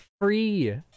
free